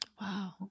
Wow